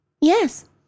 Yes